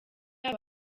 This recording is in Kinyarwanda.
aba